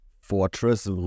Fortress